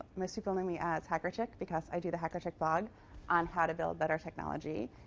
most people know me as hacker chick, because i do the hacker chick blog on how to build better technology.